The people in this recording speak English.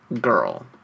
Girl